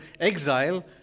exile